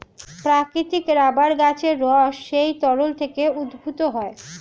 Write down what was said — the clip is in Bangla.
প্রাকৃতিক রাবার গাছের রস সেই তরল থেকে উদ্ভূত হয়